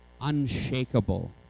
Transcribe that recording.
unshakable